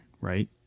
right